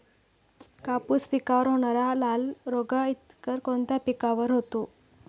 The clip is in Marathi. कापूस पिकावर होणारा लाल्या रोग इतर कोणत्या पिकावर होतो?